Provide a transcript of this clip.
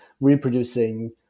reproducing